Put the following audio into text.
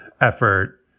effort